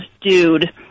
dude